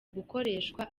gukoreshwa